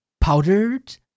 powdered